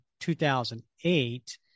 2008